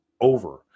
over